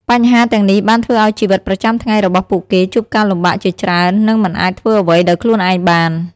បញ្ហាទាំងនេះបានធ្វើឱ្យជីវិតប្រចាំថ្ងៃរបស់ពួកគេជួបការលំបាកជាច្រើន និងមិនអាចធ្វើអ្វីដោយខ្លួនឯងបាន។